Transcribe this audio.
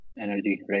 energy